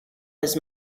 his